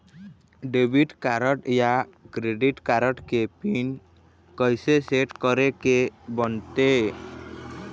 Debit card या credit card के PIN कइसे सेट करे के बनते?